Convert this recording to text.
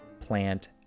plant